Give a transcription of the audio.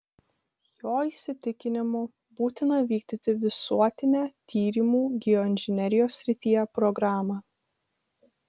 jo įsitikinimu būtina vykdyti visuotinę tyrimų geoinžinerijos srityje programą